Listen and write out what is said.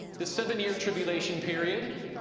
the seven-year tribulation period,